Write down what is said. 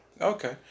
Okay